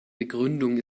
begründung